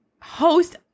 host